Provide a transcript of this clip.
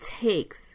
takes